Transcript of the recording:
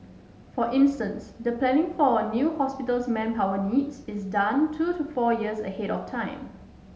for instance the planning for a new hospital's manpower needs is done two to four years ahead of time